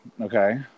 Okay